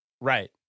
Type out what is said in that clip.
Right